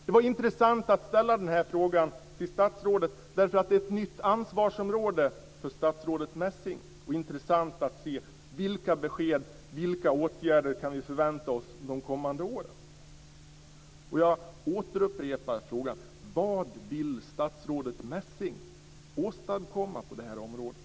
Det var intressant att ställa den här frågan till statsrådet eftersom det är ett nytt ansvarsområde för statsrådet Messing. Det är intressant att se vilka besked och vilka åtgärder vi kan förvänta oss de kommande åren. Jag upprepar frågan: Vad vill statsrådet Messing åstadkomma på det här området?